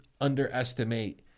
underestimate